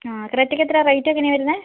ആ അത്രേത്തിക്കെത്രയാണ് റേറ്റ് എങ്ങനെയാണ് വരുന്നത്